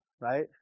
right